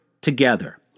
together